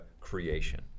creation